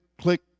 click